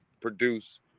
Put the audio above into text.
produce